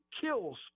kills